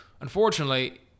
unfortunately